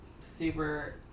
super